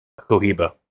Cohiba